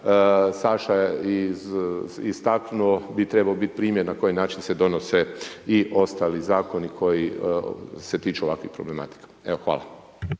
Saša istaknuo bi trebao biti primjer na koji način se donose i ostali zakoni koji se tiču ovakvih problematika. Evo, hvala.